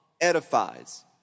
Edifies